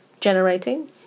generating